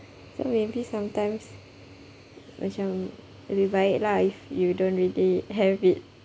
so maybe sometimes macam lebih baik lah if you don't already have it